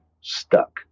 stuck